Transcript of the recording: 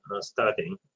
starting